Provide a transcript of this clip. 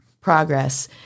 progress